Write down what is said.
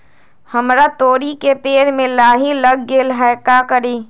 हमरा तोरी के पेड़ में लाही लग गेल है का करी?